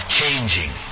changing